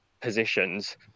positions